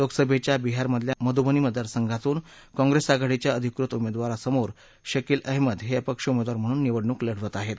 लोकसभेच्या बिहारमधल्या मधुबनी मतदारसंघातून काँप्रेस आघाडीच्या अधिकृत उमेदवारासमोर शकील अहमद हे अपक्ष उमेदवार म्हणून निवडणूक लढवत होते